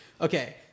Okay